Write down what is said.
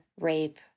rape